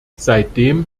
seitdem